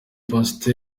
pastor